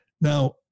Now